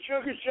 Sugar